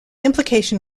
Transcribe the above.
implication